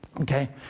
Okay